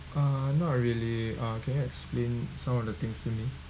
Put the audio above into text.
uh not really ah can you explain some of the things to me